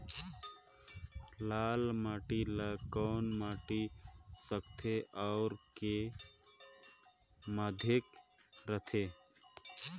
लाल माटी ला कौन माटी सकथे अउ के माधेक राथे?